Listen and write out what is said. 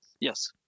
Yes